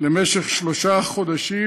למשך שלושה חודשים,